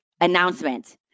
announcement